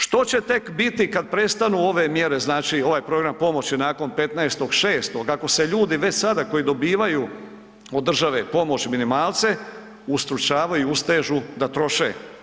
Što će tek biti kad prestanu ove mjere, znači ovaj program pomoći nakon 15.6. ako se ljudi već sada koji dobivaju od države pomoć, minimalce, ustručavaju, ustežu da troše?